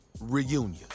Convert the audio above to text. reunion